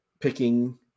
picking